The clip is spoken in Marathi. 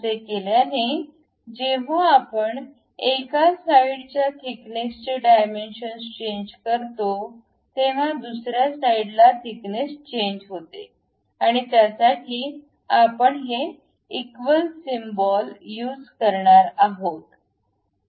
असे केल्याने जेव्हा आपण एका साईडच्या थिकनेसचे डायमेन्शन्स चेंज करतो तेव्हा दुसऱ्या साईडला थिकनेस चेंज होते आणि त्यासाठी आपण हे इक्वल सिम्बॉल युज करणार आहोत